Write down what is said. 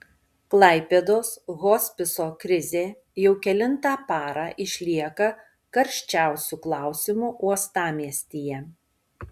klaipėdos hospiso krizė jau kelintą parą išlieka karščiausiu klausimu uostamiestyje